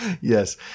Yes